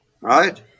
Right